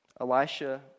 Elisha